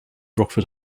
rockford